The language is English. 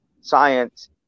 science